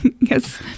Yes